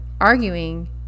arguing